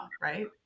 right